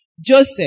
Joseph